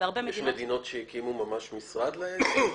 יש מדינות שהקימו ממש משרד לנושא זה?